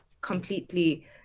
completely